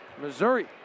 Missouri